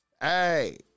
Hey